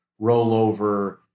rollover